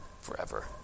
forever